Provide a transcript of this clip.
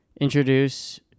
introduce